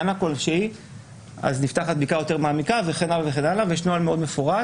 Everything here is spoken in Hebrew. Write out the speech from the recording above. אז נפתחת בדיקה יותר מעמיקה ויש נוהל מאוד מפורט